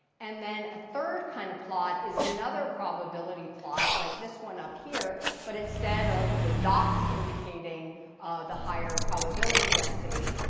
and then a third kind of plot is another probability plot, like this one up here. but instead of the dots indicating the higher probability density,